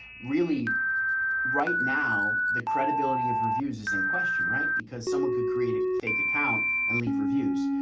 really right now, the credibility of reviews is in question, right? because someone could create a fake account and leave reviews.